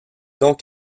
donc